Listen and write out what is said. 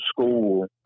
school